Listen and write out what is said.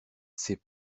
c’est